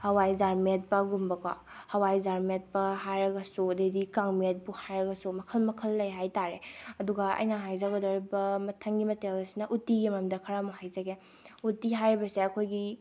ꯍꯋꯥꯏꯖꯥꯔ ꯃꯦꯠꯄꯒꯨꯝꯕꯀꯣ ꯍꯋꯥꯏꯖꯥꯔ ꯃꯦꯠꯄ ꯍꯥꯏꯔꯒꯁꯨ ꯑꯗꯒꯤꯗꯤ ꯀꯥꯡꯃꯦꯠꯄꯨ ꯍꯥꯏꯔꯒꯁꯨ ꯃꯈꯜ ꯃꯈꯜ ꯂꯩ ꯍꯥꯏꯇꯥꯔꯦ ꯑꯗꯨꯒ ꯑꯩꯅ ꯍꯥꯏꯖꯒꯗꯧꯔꯤꯕ ꯃꯊꯪꯒꯤ ꯃꯊꯦꯜꯁꯤꯅ ꯎꯇꯤꯒꯤ ꯃꯔꯝꯗ ꯈꯔꯃꯨꯛ ꯍꯥꯏꯖꯒꯦ ꯎꯇꯤ ꯍꯥꯏꯔꯤꯕꯁꯦ ꯑꯩꯈꯣꯏꯒꯤ